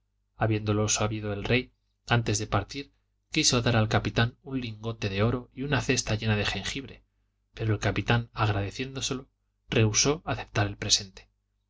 habiéndolo sabido el rey antes de partir quiso dar al capitán un lingote de oro y una cesta llena de jengibre pero el capitán agradeciéndoselo rehusó aceptar el presente